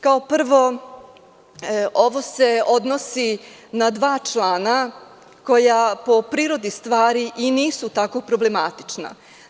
Kao prvo ovo se odnosi na dva člana koja, po prirodi stvari, i nisu tako problematična.